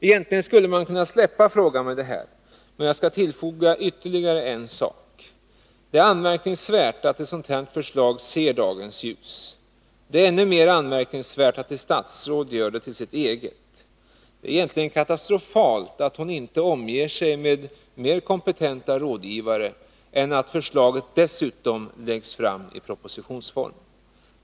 Egentligen skulle man med detta kunna släppa frågan, men jag skall tillfoga ytterligare en sak. Det är anmärkningsvärt att ett sådant här förslag ser dagens ljus. Det är ännu mer anmärkningsvärt att ett statsråd gör det till sitt eget. Det är egentligen katastrofalt att statsrådet inte omger sig med mer kompetenta rådgivare än att förslaget läggs fram i propositionsform.